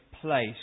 place